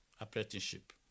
apprenticeship